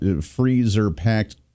freezer-packed